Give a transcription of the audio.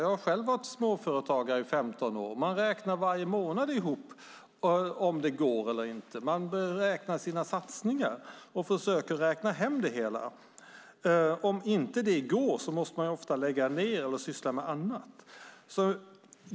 Jag har själv varit småföretagare i 15 år. Man räknar varje månad om det går ihop eller inte och försöker räkna hem sina satsningar. Om inte det går måste man ofta lägga ned och syssla med annat.